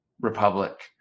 republic